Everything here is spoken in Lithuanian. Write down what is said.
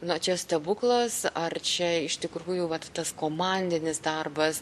na čia stebuklas ar čia iš tikrųjų vat tas komandinis darbas